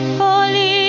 holy